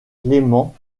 clément